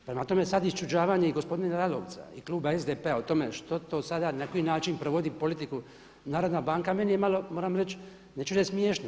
Prema tome sad iščuđavanje i gospodina Lalovca i kluba SDP-a o tome što to sada na koji način provodi politiku Narodna banka meni je malo moram reći, neću reći smiješno.